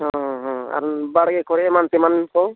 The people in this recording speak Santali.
ᱦᱮᱸ ᱦᱮᱸ ᱟᱨ ᱵᱟᱨᱦᱮ ᱠᱚᱨᱮ ᱮᱢᱟᱱ ᱛᱮᱢᱟᱱ ᱠᱚ